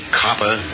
copper